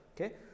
Okay